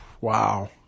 Wow